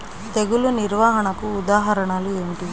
తెగులు నిర్వహణకు ఉదాహరణలు ఏమిటి?